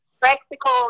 practical